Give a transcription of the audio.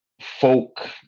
folk